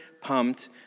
pumped